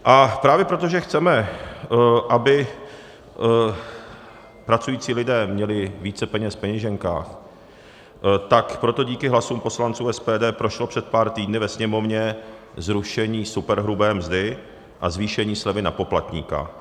A právě proto, že chceme, aby pracující lidé měli více peněz v peněženkách, tak proto díky hlasům poslanců SPD prošlo před pár týdny ve Sněmovně zrušení superhrubé mzdy a zvýšení slevy na poplatníka.